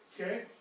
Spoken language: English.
Okay